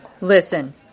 Listen